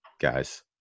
guys